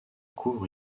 couvre